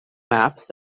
maps